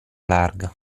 larga